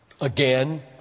again